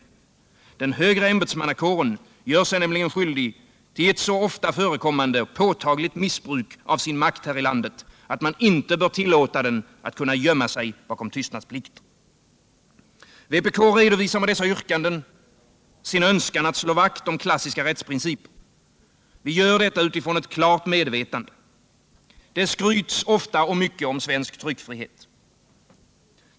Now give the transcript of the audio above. Den högre ämbetsmannakåren gör sig nämligen skyldig till ett så ofta förekommande och påtagligt missbruk av sin makt här i landet, att man inte bör tillåta den att gömma sig bakom tystnadsplikten. Vpk redovisar med dessa yrkanden sin önskan att slå vakt om klassiska rättsprinciper. Vi gör detta utifrån ett klart medvetande. Det skryts ofta och mycket om svensk tryckfrihet.